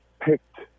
picked